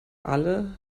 alle